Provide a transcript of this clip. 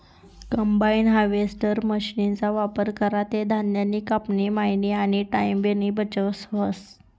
combine harvester मशीनना वापर करा ते धान्यनी कापनी, मयनी आनी टाईमनीबी बचत व्हस